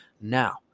Now